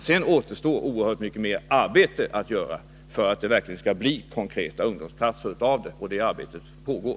Sedan återstår oerhört mycket mer arbete att göra för att det verkligen skall komma till stånd konkreta ungdomsplatser, och det arbetet pågår.